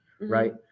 right